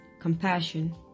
compassion